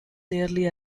nearly